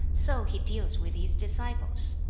so he deals with his disciples.